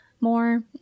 more